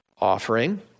offering